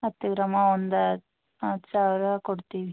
ಹತ್ತು ಗ್ರಾಮಾ ಒಂದು ಹತ್ತು ಸಾವಿರ ಕೊಡ್ತೀವಿ